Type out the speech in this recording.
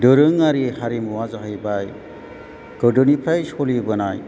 दारोङारि हारिमुवा जाहैबाय गोदोनिफ्राय सोलिबोनाय